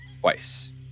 Twice